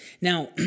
Now